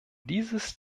dieses